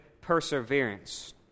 perseverance